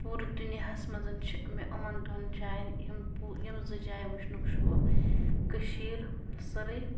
پوٗرٕ دُنیاہَس منٛز چھِ مےٚ یِمَن دۄن جایَن یِم پوٚ یِم زٕ جایہِ وٕچھٕنُک شوق کٔشیٖر سٲرٕے